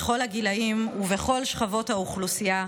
בכל הגילים ובכל שכבות האוכלוסייה,